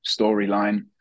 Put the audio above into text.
storyline